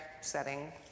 setting